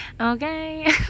Okay